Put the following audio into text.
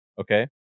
Okay